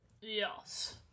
Yes